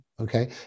okay